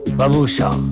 babhusha.